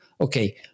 okay